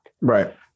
Right